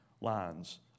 lines